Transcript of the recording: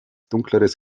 dunkleres